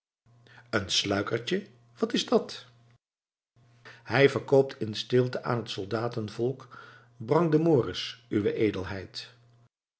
een sluikertje wat is dat hij verkoopt in stilte aan het soldaten volk brangdemoris uwe edelheid